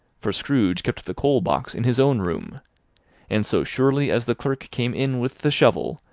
for scrooge kept the coal-box in his own room and so surely as the clerk came in with the shovel,